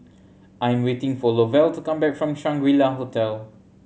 I am waiting for Lovell to come back from Shangri La Hotel